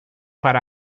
para